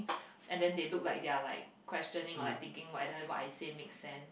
and then they look like they are like questioning or like thinking whether what I say make sense